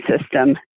system